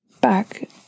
back